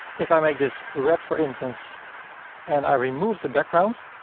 if i make this red for instance and i remove the background,